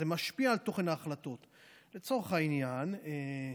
לצורך העניין,